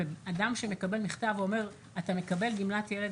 אדם שמקבל מכתב שאומר אתה מקבל גמלת ילד